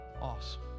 Awesome